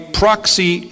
proxy